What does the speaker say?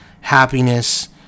happiness